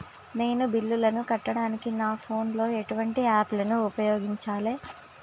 నేను బిల్లులను కట్టడానికి నా ఫోన్ లో ఎటువంటి యాప్ లను ఉపయోగించాలే?